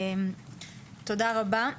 תודה רבה.